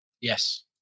Yes